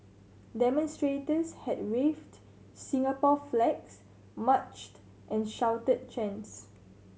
demonstrators had waved Singapore flags marched and shouted chants